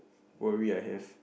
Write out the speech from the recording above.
worry I have